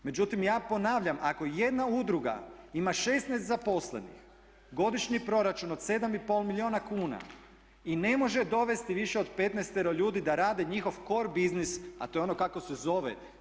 Međutim, ja ponavljam ako jedna udruga ima 16 zaposlenih, godišnji proračun od 7,5 milijuna kuna i ne može dovesti više od petnaestero ljudi da rade njihov core biznis a to je ono kako se zove.